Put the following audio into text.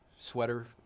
Sweater